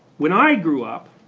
when i grew up,